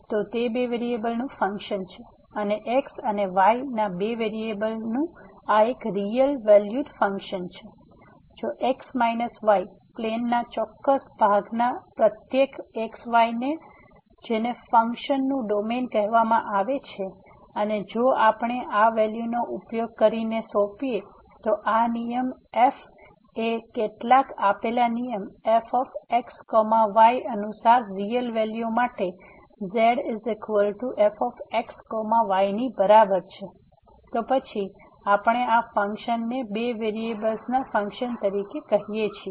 તો તે બે વેરીએબલનું ફંક્શન છે અને x અને y ના બે વેરીએબલ્સનું આ એક રીયલ વેલ્યુડ ફંક્શન છે જો x y પ્લેન ના ચોક્કસ ભાગના પ્રત્યેક x y ને જેને ફંક્શનનું ડોમેન કહેવામાં આવે છે અને જો આપણે આ વેલ્યુનો ઉપયોગ કરીને સોંપીએ તો આ નિયમ f એ કેટલાક આપેલા નિયમ f x y અનુસાર રીયલ વેલ્યુ માટે z f x y ની બરાબર છે તો પછી આપણે આ ફંક્શનને બે વેરીએબલના ફંક્શન તરીકે કહીએ છીએ